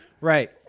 Right